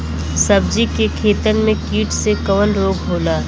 सब्जी के खेतन में कीट से कवन रोग होला?